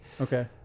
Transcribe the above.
Okay